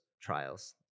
trials